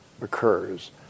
occurs